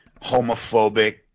homophobic